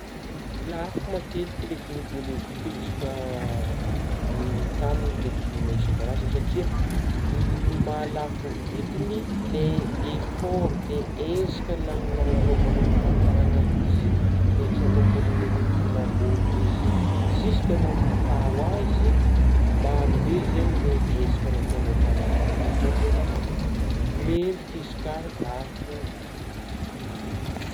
Lafo matetika legioma biôlogika izy ka mitahy amin'gny legioma sasagny satria ny m-m-maha lafo vidigny ilay effort ilay ezaka na-na-naovagna nikarakargna izy ilay mbola nagnomboka namboly izy ziska agnao mitao azy, maro be zegny ilay ezaka nataognao tagnaty takao ke la, mendrika izy ka lafo vidigny.